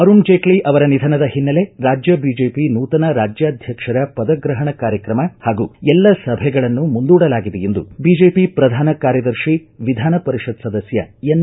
ಅರುಣ್ ಜೇಟ್ಲ ಅವರ ನಿಧನದ ಹಿನ್ನೆಲೆ ರಾಜ್ಯ ಬಿಜೆಪಿ ನೂತನ ರಾಜ್ಯಾಧ್ವಕ್ಷರ ಪದಗ್ರಹಣ ಕಾರ್ಯಕ್ರಮ ಹಾಗೂ ಎಲ್ಲ ಸಭೆಗಳನ್ನು ಮುಂದೂಡಲಾಗಿದೆ ಎಂದು ಬಿಜೆಪಿ ಪ್ರಧಾನ ಕಾರ್ಯದರ್ಶಿ ವಿಧಾನ ಪರಿಷತ್ ಸದಸ್ಕ ಎನ್